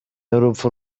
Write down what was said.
y’urupfu